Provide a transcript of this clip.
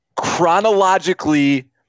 chronologically